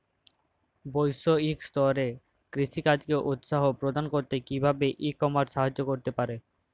বৈষয়িক স্তরে কৃষিকাজকে উৎসাহ প্রদান করতে কিভাবে ই কমার্স সাহায্য করতে পারে?